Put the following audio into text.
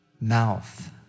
mouth